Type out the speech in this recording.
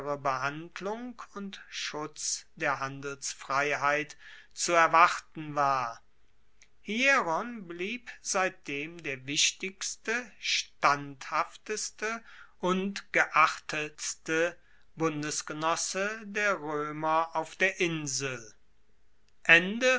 behandlung und schutz der handelsfreiheit zu erwarten war hieron blieb seitdem der wichtigste standhafteste und geachtetste bundesgenosse der roemer auf der insel